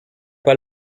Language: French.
pas